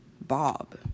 Bob